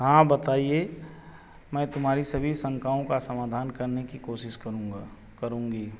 हाँ बताइए मैं तुम्हारी सभी शंकाओं का समाधान करने की कोशिश करूँगा करुँगी